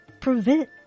prevent